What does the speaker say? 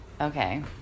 Okay